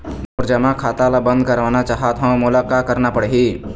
मोर जमा खाता ला बंद करवाना चाहत हव मोला का करना पड़ही?